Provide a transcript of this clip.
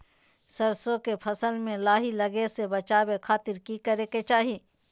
सरसों के फसल में लाही लगे से बचावे खातिर की करे के चाही?